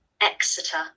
Exeter